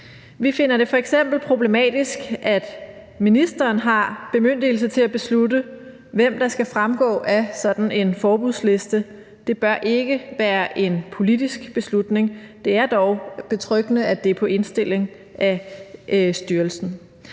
Vi finder det f.eks. problematisk, at ministeren har bemyndigelse til at beslutte, hvem der skal stå på sådan en forbudsliste. Det bør ikke være en politisk beslutning. Det er dog betryggende, at det er efter indstilling fra styrelsen.